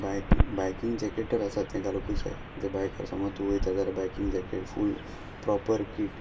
biking biking jacket तर आसा तें घालुकूच जाय जर बायकार समज तूं वयता जाल्यार बायकींग जॅकेट फूल प्रोपर किट